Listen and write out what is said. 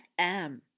FM